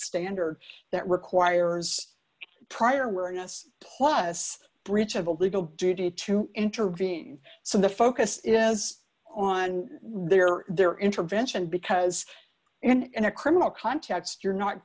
standard that requires prior were nuts plus breach of a legal duty to intervene so the focus is on their their intervention because in a criminal context you're not